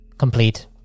Complete